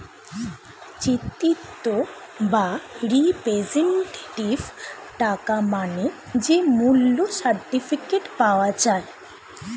চিত্রিত বা রিপ্রেজেন্টেটিভ টাকা মানে যে মূল্য সার্টিফিকেট পাওয়া যায়